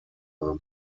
haben